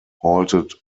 halted